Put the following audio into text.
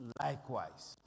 likewise